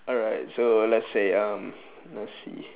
alright so let's say uh let's see